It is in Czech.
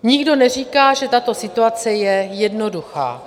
Nikdo neříká, že tato situace je jednoduchá.